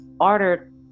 ordered